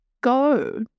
go